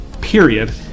period